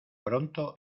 pronto